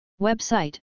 Website